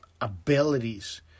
abilities